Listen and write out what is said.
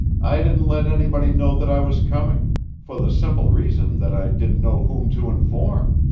i didn't let anybody know that i was coming for the simple reason that i didn't know whom to inform.